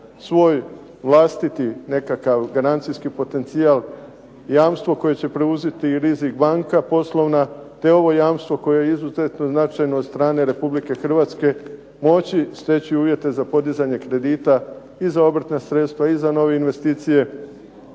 svoj vlastiti nekakav garancijski potencijal, jamstvo koje će preuzeti i rizik banka poslovna, te ovo jamstvo koje je izuzetno značajno od strane Republike Hrvatske moći steći uvjete za podizanje kredita i za obrtna sredstva i za nove investicije